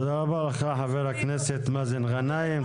תודה רבה חבר הכנסת מאזן גנאים.